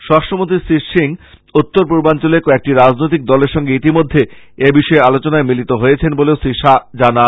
স্বরাষ্ট্রমন্ত্রী শ্রী সিং উত্তর পূর্বাঞ্চলের কয়েকটি রাজনৈতিক দলের সঙ্গে ইতিমধ্যে এ বিষয়ে আলোচনায় মিলিত হয়েছেন বলে শ্রী শ্বাহ জানান